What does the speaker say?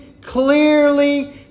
clearly